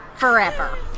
forever